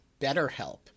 BetterHelp